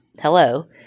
hello